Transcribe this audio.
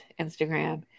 Instagram